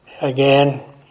again